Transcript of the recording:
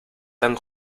tan